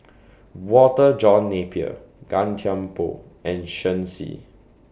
Walter John Napier Gan Thiam Poh and Shen Xi